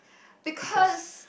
because